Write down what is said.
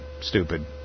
stupid